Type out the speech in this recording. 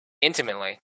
intimately